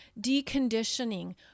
deconditioning